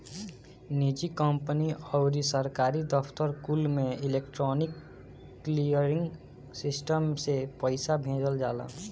निजी कंपनी अउरी सरकारी दफ्तर कुल में इलेक्ट्रोनिक क्लीयरिंग सिस्टम से पईसा भेजल जाला